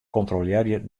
kontrolearje